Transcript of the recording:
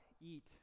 eat